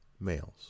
males